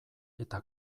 eta